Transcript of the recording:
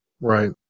Right